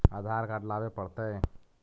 आधार card लाबे पड़तै?